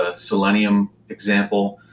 ah selenium example.